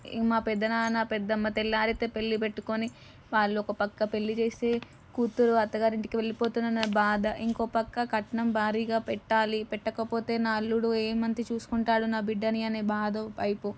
ఇంకా మా పెదనాన్న పెద్దమ్మ తెల్లారితే పెళ్ళి పెట్టుకొని వాళ్ళు ఒక పక్క పెళ్ళి చేసి కూతురు అత్తగారింటికి వెళ్ళిపోతుందనే బాధ ఇంకో పక్క కట్నం భారీగా పెట్టాలి పెట్టకపోతే నా అల్లుడు ఏం మంచిగా చూసుకుంటాడు నా బిడ్డని అనే బాధో వైపు